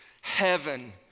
heaven